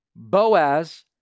Boaz